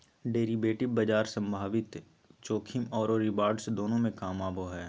derivative बाजार संभावित जोखिम औरो रिवार्ड्स दोनों में काम आबो हइ